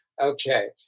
Okay